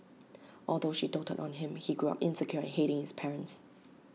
although she doted on him he grew up insecure and hating his parents